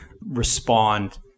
respond